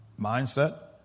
mindset